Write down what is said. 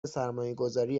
سرمایهگذاری